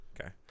Okay